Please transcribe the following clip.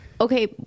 okay